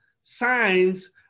signs